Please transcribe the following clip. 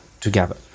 together